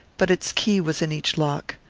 but its key was in each lock.